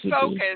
focus